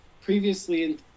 previously